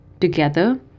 together